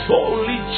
Holy